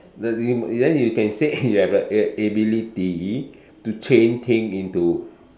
no th~ then you can say eh you have like a ability to change thing into